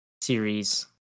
series